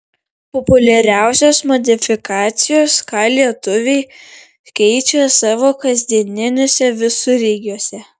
populiariausios modifikacijos ką lietuviai keičia savo kasdieniniuose visureigiuose